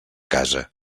casa